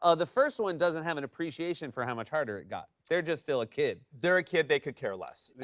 ah the first one doesn't have an appreciation for how much harder it got. they're just still a kid. they're a kid. they could care less.